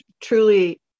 truly